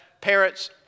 parents